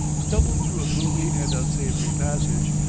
stumbled through a gloomy and unsavory passage,